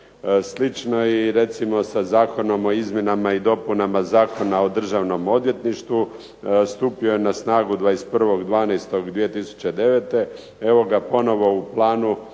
Slično i recimo sa Zakonom o izmjenama i dopunama Zakona o državnom odvjetništvu. Stupio je na snagu 21.12.2009. Evo ga ponovo u planu